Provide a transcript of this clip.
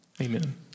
Amen